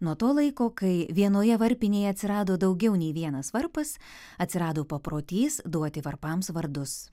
nuo to laiko kai vienoje varpinėje atsirado daugiau nei vienas varpas atsirado paprotys duoti varpams vardus